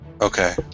Okay